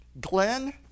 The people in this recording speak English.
Glenn